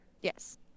Yes